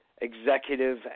executive